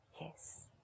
yes